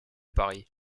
paris